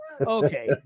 Okay